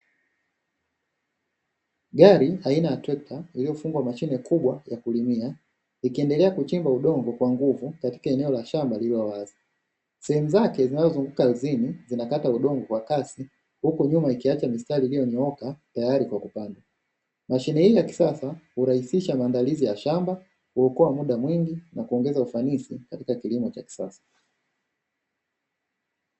Aina ya trekta iliyofungwa mashine kubwa ya kulimia, ikiendelea kuchimba udongo kwa nguvu katika eneo la shamba lililo wazi. Sehemu zake zinazozunguka ardhini zinakata udongo kwa kasi, huku nyuma yake ikibaki mistari iliyonyooka tayari kwa kupanda. Sehemu hiyo ya kisasa hurahisisha maandalizi ya shamba, kuokoa muda mwingi, na kuongeza ufanisi katika kilimo cha kisasa.